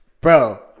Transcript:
bro